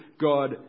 God